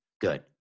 Good